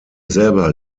selber